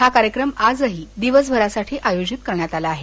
हा कार्यक्रम आजही दिवसभरासाठी आयोजीत करण्यात आला आहे